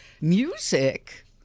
music